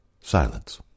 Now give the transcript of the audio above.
Silence